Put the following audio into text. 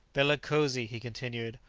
bellicosi, he continued,